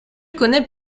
connaît